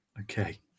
Okay